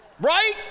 Right